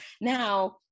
now